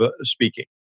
speaking